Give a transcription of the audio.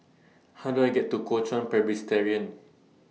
How Do I get to Kuo Chuan Presbyterian